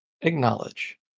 Acknowledge